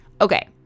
Okay